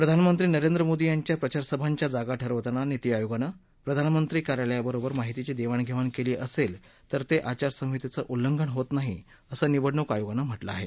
प्रधानमंत्री नरेंद्र मोदी यांच्या प्रचारसभांच्या जागा ठरवताना नीती आयोगानं प्रधानमंत्री कार्यालयाबरोबर माहितीची देवाणघेवाण केली असेल तर ते आचारसंहितेचं उल्लघन होत नाही असं निवडणूक आयोगानं म्हटलं आहे